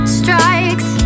strikes